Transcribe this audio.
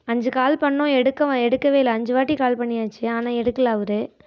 அஞ்சு கால் பண்ணோம் எடுக்கவும் எடுக்கவே இல்லை அஞ்சுவாட்டி கால் பண்ணியாச்சு ஆனால் எடுக்கலை அவர்